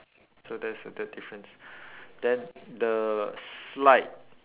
so that's the third difference then the slide